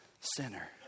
sinner